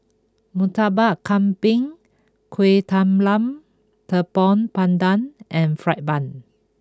Murtabak Kambing Kuih Talam Tepong Pandan and Fried Bun